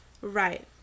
Right